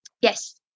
yes